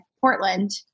Portland